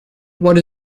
what